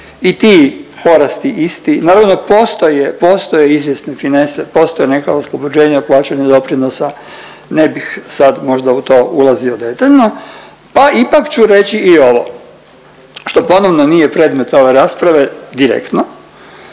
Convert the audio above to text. i ti porasti isti. Naravno postoje, postoje izvjesne finese, postoje neka oslobođenja od plaćanja doprinosa ne bih sad možda u to ulazio detaljno, pa ipak ću reći i ovo što planovno nije predmet ove rasprave direktno,